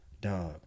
dog